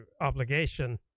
obligation